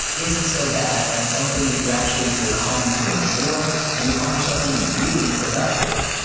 isn't so bad and something that you actually will come to enjoy and you'll find yourself being really productive.